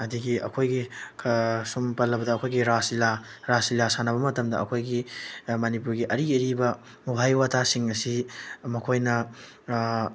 ꯑꯗꯒꯤ ꯑꯩꯈꯣꯏꯒꯤ ꯁꯨꯝ ꯄꯜꯂꯕꯗ ꯑꯩꯈꯣꯏꯒꯤ ꯔꯥꯁ ꯂꯤꯂꯥ ꯔꯥꯁ ꯂꯤꯂꯥ ꯁꯥꯟꯅꯕ ꯃꯇꯝꯗ ꯑꯩꯈꯣꯏꯒꯤ ꯃꯅꯤꯄꯨꯔꯒꯤ ꯑꯔꯤ ꯑꯔꯤꯕ ꯋꯥꯍꯩ ꯋꯇꯥꯁꯤꯡ ꯑꯁꯤ ꯃꯈꯣꯏꯅ